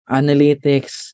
analytics